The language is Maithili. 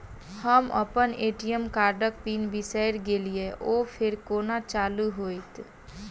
हम अप्पन ए.टी.एम कार्डक पिन बिसैर गेलियै ओ फेर कोना चालु होइत?